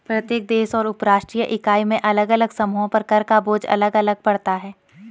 प्रत्येक देश और उपराष्ट्रीय इकाई में अलग अलग समूहों पर कर का बोझ अलग अलग पड़ता है